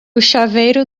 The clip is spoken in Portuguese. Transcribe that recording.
chaveiro